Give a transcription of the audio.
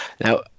Now